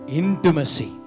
intimacy